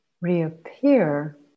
reappear